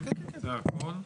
זה הכל.